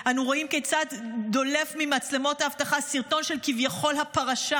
אנו רואים כיצד דולף ממצלמות האבטחה סרטון של כביכול הפרשה,